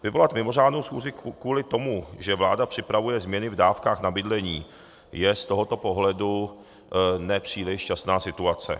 Vyvolat mimořádnou schůzi kvůli tomu, že vláda připravuje změny v dávkách na bydlení, je z tohoto pohledu nepříliš šťastná situace.